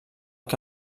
que